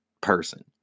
person